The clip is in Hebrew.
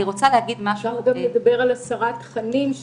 אנחנו נדבר גם על הסרת תכנים,